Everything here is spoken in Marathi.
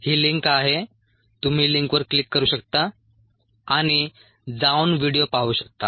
ही लिंक आहे तुम्ही लिंकवर क्लिक करू शकता आणि जाऊन व्हिडिओ पाहू शकता